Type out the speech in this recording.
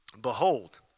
Behold